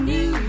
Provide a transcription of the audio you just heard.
New